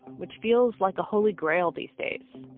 which feels like a holy grail these days.